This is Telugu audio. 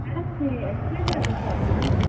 మేడమ్ మీ ఎక్స్వేజ్జి రిసార్టా అండి